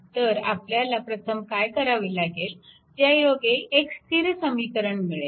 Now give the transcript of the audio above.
तर आपल्याला प्रथम काय करावे लागेल ज्यायोगे एक स्थिर समीकरण मिळेल